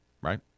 right